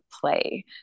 play